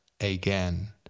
Again